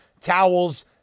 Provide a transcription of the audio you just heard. towels